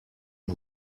who